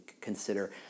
consider